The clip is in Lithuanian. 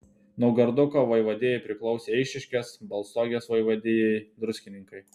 naugarduko vaivadijai priklausė eišiškės balstogės vaivadijai druskininkai